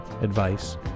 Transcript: advice